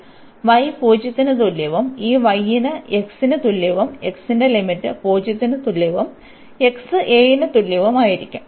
y 0 ന് തുല്യവും ഈ y ന് x ന് തുല്യവും x ന്റെ ലിമിറ്റ് 0 ന് തുല്യവും x a ന് തുല്യവുമായിരിക്കും